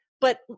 But-